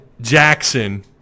Jackson